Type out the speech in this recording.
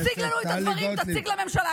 תציג לנו את הדברים, תציג לממשלה את הדברים.